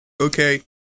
okay